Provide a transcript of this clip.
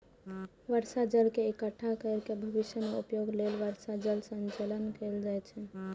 बर्षा जल के इकट्ठा कैर के भविष्य मे उपयोग लेल वर्षा जल संचयन कैल जाइ छै